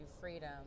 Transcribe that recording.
freedom